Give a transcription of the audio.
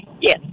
Yes